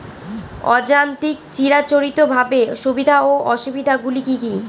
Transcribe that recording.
অযান্ত্রিক চিরাচরিতভাবে সুবিধা ও অসুবিধা গুলি কি কি?